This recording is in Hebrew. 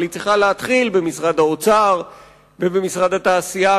אבל היא צריכה להתחיל במשרד האוצר ובמשרד התעשייה,